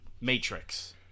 Matrix